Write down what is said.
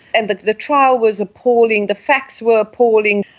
and the the trial was appalling, the facts were appalling,